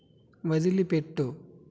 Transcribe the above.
వదిలిపెట్టు